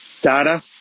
data